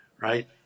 right